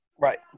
Right